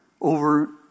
over